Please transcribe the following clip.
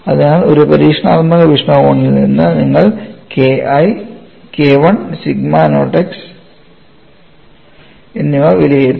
അതിനാൽ ഒരു പരീക്ഷണാത്മക വീക്ഷണകോണിൽ നിന്ന് നിങ്ങൾ KI സിഗ്മ നോട്ട് x എന്നിവ വിലയിരുത്തും